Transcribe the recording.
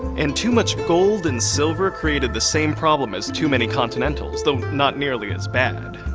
and too much gold and silver created the same problems as too many continentals, though not nearly as bad.